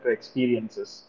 experiences